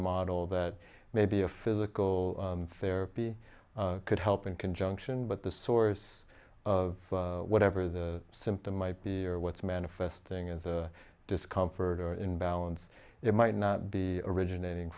model that may be a physical therapy could help in conjunction but the source of whatever the symptom might be or what's manifesting is a discomfort or imbalance it might not be originating